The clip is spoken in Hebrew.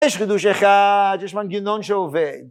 יש חידוש אחד, יש מנגנון שעובד